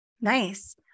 Nice